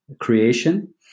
creation